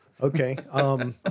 Okay